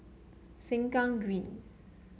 Sengkang Green